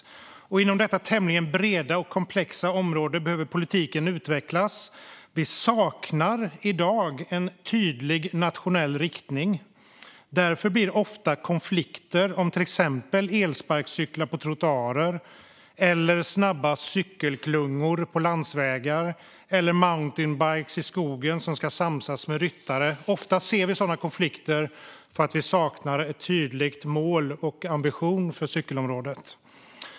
Inom detta tämligen breda och komplexa område behöver politiken utvecklas. Vi saknar i dag en tydlig nationell riktning. Därför blir det ofta konflikter om till exempel elsparkcyklar på trottoarer, snabba cykelklungor på landsvägar eller mountainbikes i skogen som ska samsas med ryttare. Ofta ser vi sådana konflikter för att vi saknar ett tydligt mål och en tydlig ambition för cykelområdet.